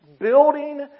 Building